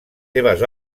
seves